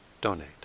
donate